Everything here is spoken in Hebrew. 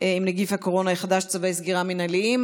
עם נגיף הקורונה החדש (צווי סגירה מינהליים).